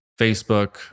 Facebook